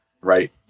Right